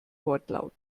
wortlaut